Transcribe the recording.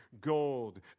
gold